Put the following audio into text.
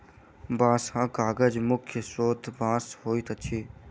बँसहा कागजक मुख्य स्रोत बाँस होइत अछि